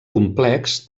complex